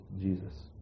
Jesus